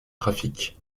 trafic